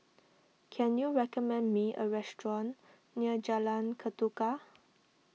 can you recommend me a restaurant near Jalan Ketuka